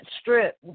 Strip